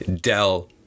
Dell